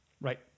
right